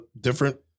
different